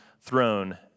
throne